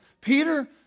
Peter